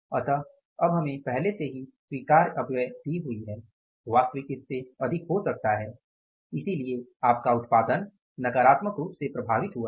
अतः अब हमें पहले से ही स्वीकार्य अपव्यय दी हूई है वास्तविक इससे अधिक हो सकता है इसीलिए आपका उत्पादन नकारात्मक रूप से प्रभावित हुआ हैं